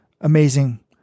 amazing